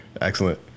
Excellent